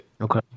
okay